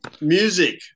music